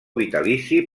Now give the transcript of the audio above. vitalici